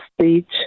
speech